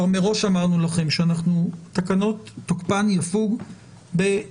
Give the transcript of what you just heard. מראש אמרנו לכם שתוקף התקנות יפוג בין